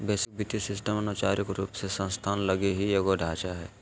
वैश्विक वित्तीय सिस्टम अनौपचारिक रूप से संस्थान लगी ही एगो ढांचा हय